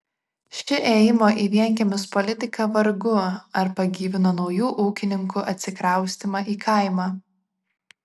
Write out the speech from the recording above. ši ėjimo į vienkiemius politika vargu ar pagyvino naujų ūkininkų atsikraustymą į kaimą